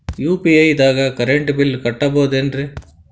UPI ದಾಗ current bill ಕಟ್ಟಬಹುದೇನ್ರಿ?